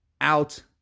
out